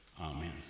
Amen